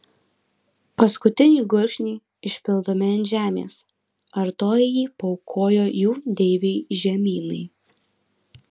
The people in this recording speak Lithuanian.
paskutinį gurkšnį išpildami ant žemės artojai jį paaukojo jų deivei žemynai